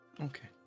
Okay